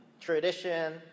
tradition